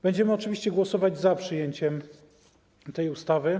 Będziemy oczywiście głosować za przyjęciem tej ustawy.